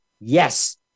yes